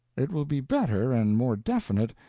it will be better, and more definite,